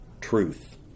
truth